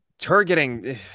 targeting